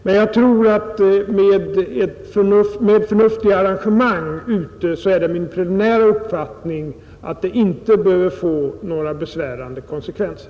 Min preliminära uppfattning är dock att det med förnuftiga arrangemang inte bör bli några besvärande konsekvenser.